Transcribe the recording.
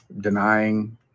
denying